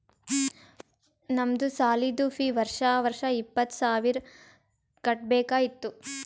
ನಮ್ದು ಸಾಲಿದು ಫೀ ವರ್ಷಾ ವರ್ಷಾ ಇಪ್ಪತ್ತ ಸಾವಿರ್ ಕಟ್ಬೇಕ ಇತ್ತು